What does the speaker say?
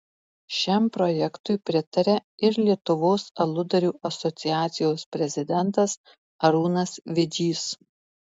šiam projektui pritaria ir lietuvos aludarių asociacijos prezidentas arūnas vidžys